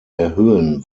erhöhen